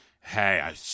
Hey